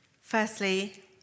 Firstly